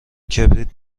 کبریت